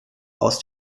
aus